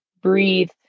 breathe